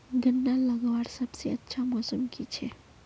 गन्ना लगवार सबसे अच्छा मौसम की छे?